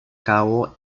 cabo